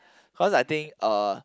cause I think uh